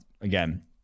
again